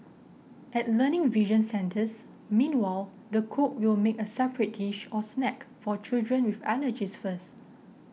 at Learning Vision centres meanwhile the cook will make a separate dish or snack for children with allergies first